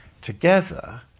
together